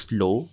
Slow